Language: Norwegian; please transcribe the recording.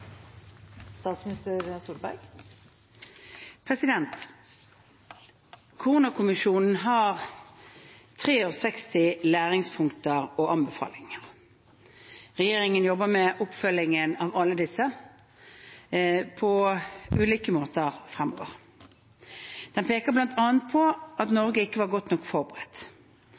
har 63 læringspunkter og anbefalinger, og regjeringen jobber med oppfølgingen av alle disse på ulike måter fremover. Den peker bl.a. på at Norge ikke var godt nok forberedt,